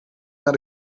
naar